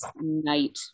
night